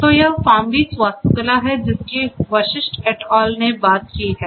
तो यह फार्मबीट्स वास्तुकला है जिसकि वशिष्ठ एट अल ने बात की है